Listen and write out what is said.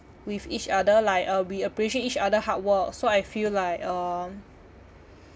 with each other like uh we appreciate each other hard work so I feel like um